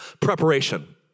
preparation